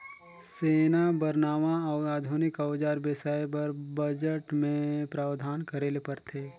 सेना बर नावां अउ आधुनिक अउजार बेसाए बर बजट मे प्रावधान करे ले परथे